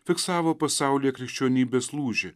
fiksavo pasaulyje krikščionybės lūžį